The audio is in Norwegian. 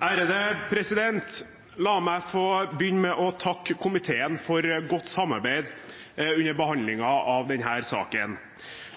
anses vedtatt. La meg få begynne med å takke komiteen for godt samarbeid under behandlingen av denne saken.